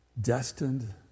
destined